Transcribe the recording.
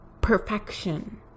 perfection